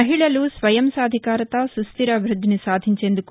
మహిళలు స్వయం సాధికారత సుస్లిర అభివ్బద్దిని సాధించేందుకు